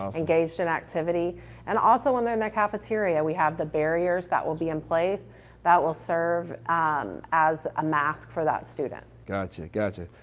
engaged in activity and also when they're in the cafeteria we have the barriers that will be in place that will serve as a mask for that student. gotcha, gotcha.